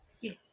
Yes